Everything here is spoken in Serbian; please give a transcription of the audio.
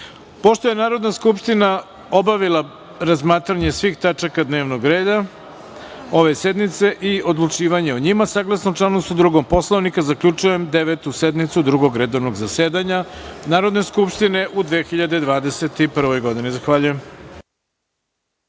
sredu. Pošto je Narodna skupština obavila razmatranje svih tačaka dnevnog reda ove sednice i odlučivanje o njima, saglasno članu 102. Poslovnika, zaključujem Devetu sednicu Drugog redovnog zasedanja Narodne skupštine Republike Srbije u 2021. godini. Zahvaljujem.